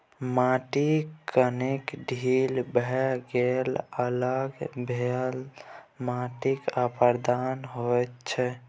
माटिक कणकेँ ढील भए कए अलग भेलासँ माटिक अपरदन होइत छै